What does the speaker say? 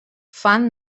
fan